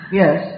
yes